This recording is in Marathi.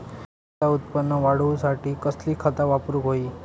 पिकाचा उत्पन वाढवूच्यासाठी कसली खता वापरूक होई?